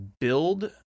build